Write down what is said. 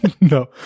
no